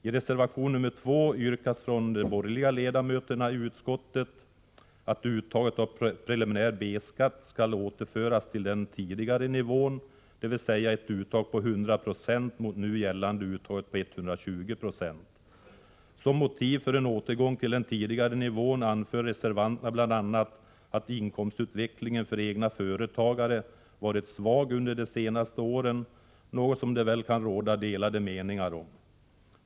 I reservation nr 2 yrkas från de borgerliga ledamöterna i utskottet att uttaget av preliminär B-skatt skall återföras till den tidigare nivån, dvs. ett uttag på 100 26 mot det nu gällande uttaget på 120 26. Som motiv för en återgång till den tidigare nivån anför reservanterna bl.a. att inkomstutvecklingen för egna företagare varit svag under de senaste åren — något som det väl kan råda delade meningar om.